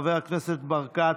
חבר הכנסת ברקת,